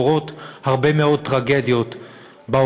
קורות הרבה מאוד טרגדיות בעולם,